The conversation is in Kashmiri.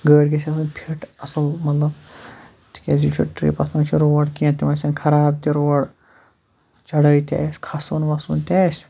گٲڑی گژھِ آسٕنۍ فِٹ اَصٕل مطلب تِکیازِ یہِ چھُ ٹرپ اَتھ منٛز چھ روڈ کیٚنہہ تِم آسَن خراب تہِ روڈ چڑٲے تہِ آسہِ کھسوُن وَسوُن تہِ آسہِ